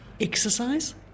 Exercise